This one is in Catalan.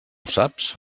saps